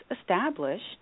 established